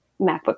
MacBook